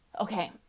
Okay